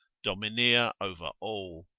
domineer over all.